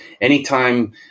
anytime